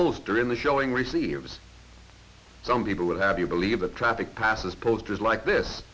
poster in the showing receives some people have you believe the traffic passes posters like this